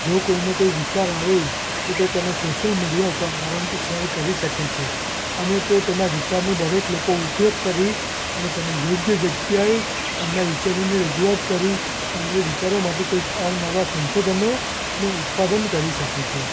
જો કોઈને કોઈ વિચાર આવે તો તે તેને સોશિયલ મીડિયા ઉપર આરામથી શૅર કરી શકે છે અને તે તેના વિચારનું દરેક લોકો ઉપયોગ કરી અને તેને યોગ્ય જગ્યાએ એમના વિચારોની રજૂઆત કરી અને એ વિચારોમાંથી કોઈ અવનવા સંશોધનોનું ઉત્પાદન કરી શકે છે